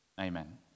amen